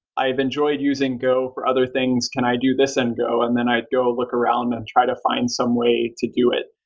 i've enjoyed using go for other things. can i do this in and go? and then i'd go look around and try to find some way to do it.